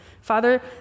Father